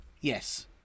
Yes